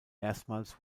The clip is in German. erstmals